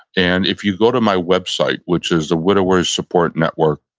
and if you go to my website, which is the widowerssupportnetwork